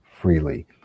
freely